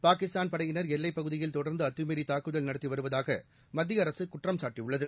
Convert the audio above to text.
பாகிஸ்தான் படையினர் எல்லைப் பகுதியில் தொடர்ந்து அத்துமீறி தாக்குதல் நடத்தி வருவதாக மத்திய அரசு குற்றம் சாட்டியுள்ளது